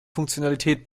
funktionalität